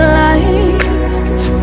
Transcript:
life